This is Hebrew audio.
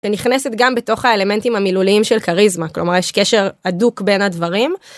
נכנסת גם בתוך האלמנטים המילוליים של כריזמה כלומר יש קשר אדוק בין הדברים.